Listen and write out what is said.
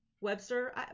Webster